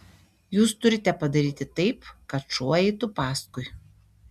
jūs turite padaryti taip kad šuo eitų paskui